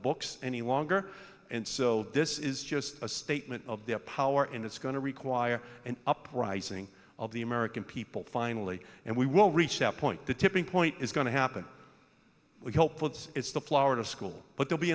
books any longer and so this is just a statement of their power and it's going to require an uprising of the american people finally and we won't reach that point the tipping point is going to happen we helped puts it's the florida school but they'll be